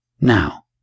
now